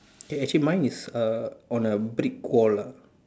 eh actually mine is uh on a brick wall ah